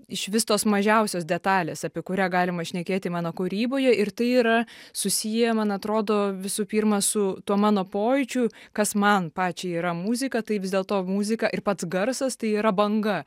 išvis tos mažiausios detalės apie kurią galima šnekėti mano kūryboje ir tai yra susiję man atrodo visų pirma su tuo mano pojūčiu kas man pačiai yra muzika tai vis dėlto muzika ir pats garsas tai yra banga